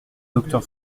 docteur